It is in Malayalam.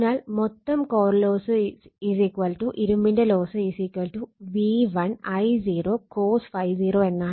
അതിനാൽ മൊത്തം കോർ ലോസ് ഇരുമ്പിന്റെ ലോസ് V1 I0 cos ∅0 എന്നാണ്